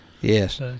yes